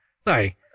Sorry